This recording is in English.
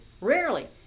Rarely